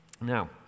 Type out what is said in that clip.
Now